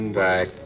back